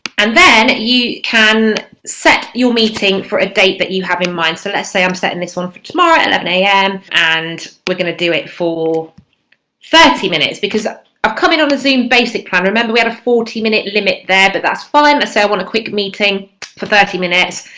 and then you can set your meeting for a date that you have in mind. so let's say i'm setting this one for tomorrow at eleven a m. and we're gonna do it for thirty minutes because i'm coming on the zoom basic plan remember we had a forty minute limit there but that's fine. let's say l want a quick meeting for thirty minutes.